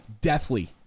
deathly